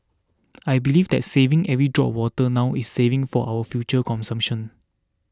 I believe that saving every drop of water now is saving for our future consumption